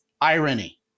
irony